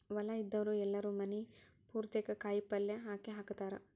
ಹೊಲಾ ಇದ್ದಾವ್ರು ಎಲ್ಲಾರೂ ಮನಿ ಪುರ್ತೇಕ ಕಾಯಪಲ್ಯ ಹಾಕೇಹಾಕತಾರ